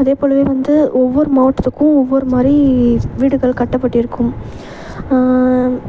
அதேபோலவே வந்து ஒவ்வொரு மாவட்டத்துக்கும் ஒவ்வொரு மாதிரி வீடுகள் கட்டப்பட்டிருக்கும்